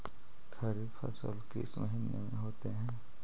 खरिफ फसल किस महीने में होते हैं?